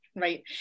Right